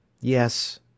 Yes